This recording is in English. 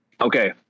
Okay